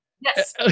Yes